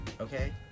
Okay